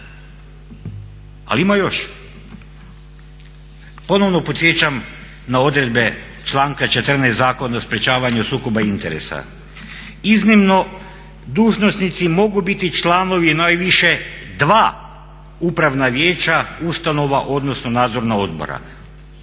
Ali ima još! Ponovno podsjećam na odredbe članka 14. Zakona o sprječavanju sukoba interesa. Iznimno, dužnosnici mogu biti članovi najviše 2 upravna vijeća, ustanova, odnosno nadzorna odbora.